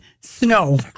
snow